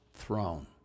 throne